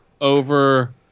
over